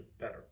better